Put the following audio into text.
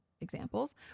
examples